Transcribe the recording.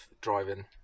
driving